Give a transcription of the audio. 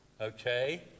Okay